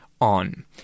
on